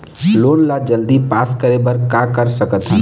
Loan ला जल्दी pass करे बर का कर सकथन?